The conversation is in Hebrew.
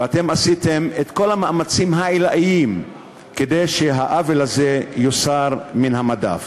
ואתם עשיתם את כל המאמצים העילאיים כדי שהעוול הזה יוסר מן המדף.